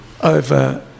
over